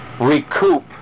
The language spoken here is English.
recoup